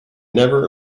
never